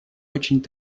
очень